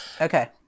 okay